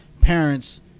parents